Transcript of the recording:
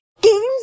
Games